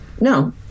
No